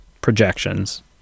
projections